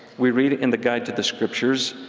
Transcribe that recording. we read in the guide to the scriptures,